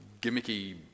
gimmicky